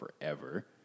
forever